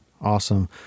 Awesome